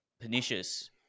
pernicious